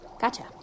Gotcha